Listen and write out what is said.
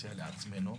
ומציע לעצמנו,